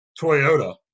Toyota